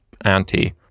anti